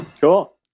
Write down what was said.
Cool